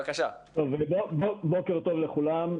בוקר טוב לכולם,